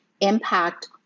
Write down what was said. impact